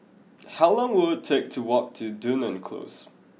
how long will it take to walk to Dunearn Close